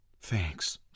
Thanks